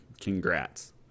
Congrats